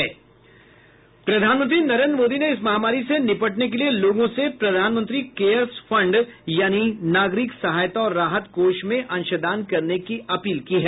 प्रधानमंत्री नरेन्द्र मोदी ने इस महामारी से निपटने के लिए लोगों से प्रधानमंत्री केयर्स फंड यानि नागरिक सहायता और राहत कोष में अंशदान करने की अपील की है